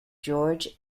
george